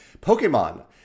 Pokemon